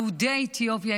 יהודי אתיופיה,